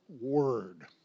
word